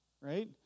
right